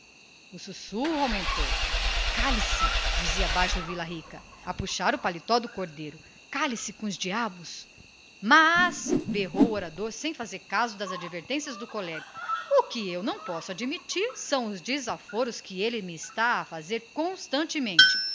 o sussurro aumentou cale-se dizia baixo o vila rica a puxar o paletó do cordeiro cale-se com os diabos você está servindo de bobo mas berrou o espingardeiro sem fazer caso das advertências do colega o que não posso admitir é a porção de picardias e desaforos que ele me está a fazer constantemente